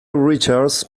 richards